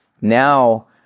Now